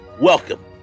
Welcome